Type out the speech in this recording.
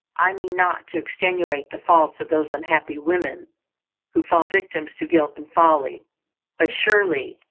i mean not to extenuate the faults of those unhappy women who fall victims to guilt and folly but surely,